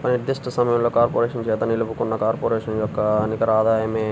ఒక నిర్దిష్ట సమయంలో కార్పొరేషన్ చేత నిలుపుకున్న కార్పొరేషన్ యొక్క నికర ఆదాయమే